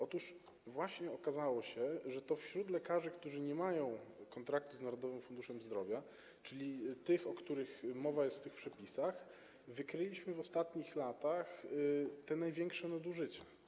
Otóż właśnie okazało się, że to wśród lekarzy, którzy nie mają kontraktu z Narodowym Funduszem Zdrowia, czyli tych, o których mowa jest w tych przepisach, wykryliśmy w ostatnich latach największe nadużycia.